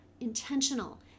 intentional